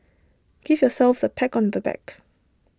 give yourselves A pack on the back